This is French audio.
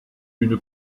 une